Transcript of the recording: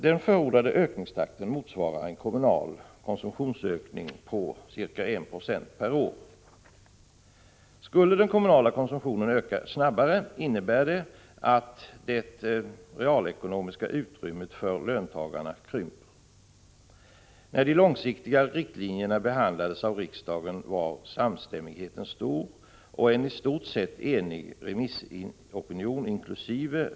Den förordade ökningstakten motsvarar en kommunal konsumtionsökning på ca 196 per år. Skulle den kommunala konsumtionen öka snabbare, innebär det att det realekonomiska utrymmet för löntagarna krymper. När de långsiktiga riktlinjerna behandlades av riksdagen var samstämmigheten stor, och en i stort sett enig remissopinion, inkl.